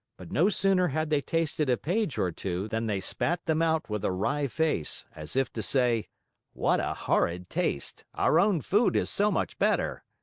but no sooner had they tasted a page or two, than they spat them out with a wry face, as if to say what a horrid taste! our own food is so much better!